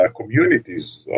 communities